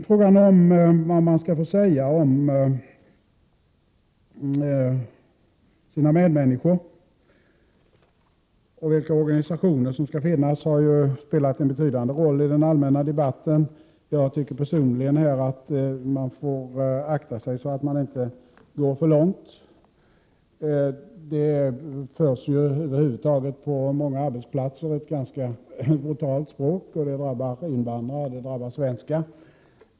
Frågan, vad man skall få säga om sina medmänniskor och vilka organisationer som skall finnas, har ju spelat en betydande roll i den allmänna debatten. Jag tycker personligen att man får akta sig, så att man inte går för långt. Det förs ju över huvud taget ett ganska brutalt språk på många arbetsplatser; det drabbar invandrare, och det drabbar svenskar.